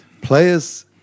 players